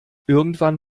irgendwann